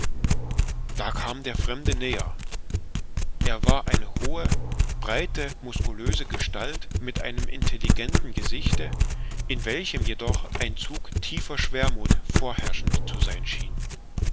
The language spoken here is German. da kam der fremde näher er war eine hohe breite muskulöse gestalt mit einem intelligenten gesichte in welchem jedoch ein zug tiefer schwermuth vorherrschend zu sein schien